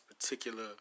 particular